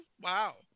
Wow